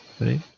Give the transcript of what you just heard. right